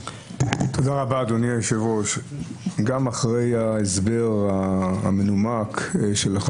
נעשו לא מעט בדיקות לפני קביעת הדיון.